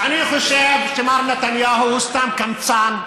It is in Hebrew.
אני חושב שמר נתניהו הוא סתם קמצן.